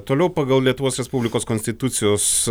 toliau pagal lietuvos respublikos konstitucijos